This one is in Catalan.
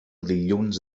dilluns